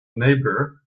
neighbour